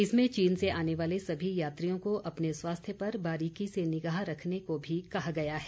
इसमें चीन से आने वाले सभी यात्रियों को अपने स्वास्थ्य पर बारीकी से निगाह रखने को भी कहा गया है